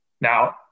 Now